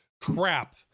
crap